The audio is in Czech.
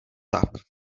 tak